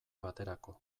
baterako